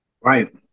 Right